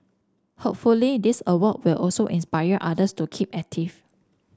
hopefully this award will also inspire others to keep active